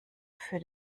für